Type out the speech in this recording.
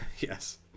Yes